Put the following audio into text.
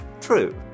True